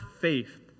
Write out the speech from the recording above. faith